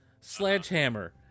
Sledgehammer